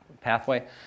pathway